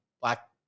black